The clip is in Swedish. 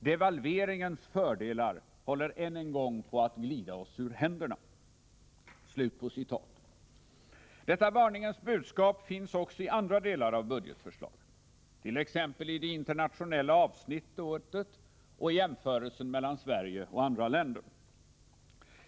Devalveringens fördelar håller än en gång på att glida oss ur händerna.” Detta varningens budskap finns också i andra delar av budgetförslaget, t.ex. i det internationella avsnittet och i jämförelsen mellan Sverige och andra länder.